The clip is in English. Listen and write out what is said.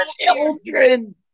children